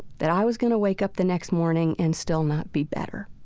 that i was going to wake up the next morning and still not be better.